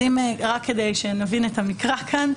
כדי שנבין כאן,